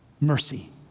mercy